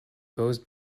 goes